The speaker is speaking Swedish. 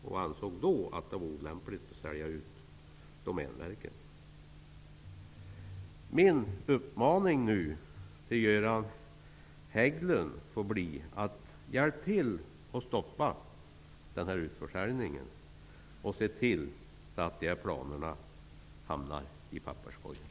Han ansåg då att det var olämpligt att sälja ut Min uppmaning till Göran Hägglund får bli: Hjälp till att stoppa denna utförsäljning och se till att dessa planer hamnar i papperskorgen!